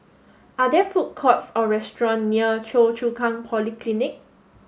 are there food courts or restaurants near Choa Chu Kang Polyclinic